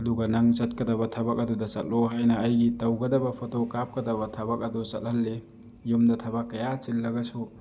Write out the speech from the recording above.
ꯑꯗꯨꯒ ꯅꯪ ꯆꯠꯀꯗꯕ ꯊꯕꯛ ꯑꯗꯨꯗ ꯆꯠꯂꯣ ꯍꯥꯏꯅ ꯑꯩꯒꯤ ꯇꯧꯒꯗꯕ ꯐꯣꯇꯣ ꯀꯥꯞꯀꯗꯕ ꯊꯕꯛ ꯑꯗꯨ ꯆꯠꯍꯜꯂꯤ ꯌꯨꯝꯗ ꯊꯕꯛ ꯀꯌꯥ ꯆꯤꯜꯂꯒꯁꯨ